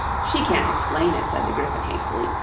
she can't explain it said the gryphon hastily.